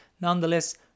nonetheless